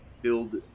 Build